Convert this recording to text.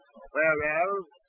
Whereas